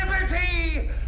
liberty